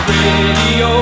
Radio